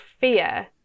fear